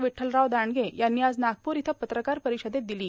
विठ्ठ्लराव दांडगे यांनी आज नागपूर इथं पत्रकार परिषदेत दिली